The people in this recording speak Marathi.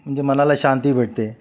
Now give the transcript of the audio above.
म्हणजे मनाला शांती भेटते